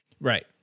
right